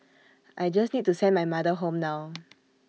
I just need to send my mother home now